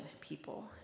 people